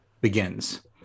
begins